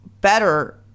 better